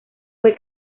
fue